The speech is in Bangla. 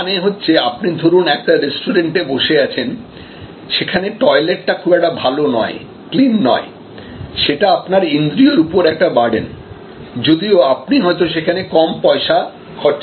এর মানে হচ্ছে আপনি ধরুন একটা রেস্টুরেন্টে বসে আছেন যেখানে টয়লেট টা খুব একটা ভালো নয় ক্লিন নয় সেটা আপনার ইন্দ্রিয়র উপর একটা বার্ডেন যদিও আপনি হয়তো সেখানে কম পয়সা খরচা করছেন